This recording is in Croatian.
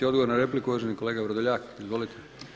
Odgovor na repliku uvaženi kolega Vrdoljak, izvolite.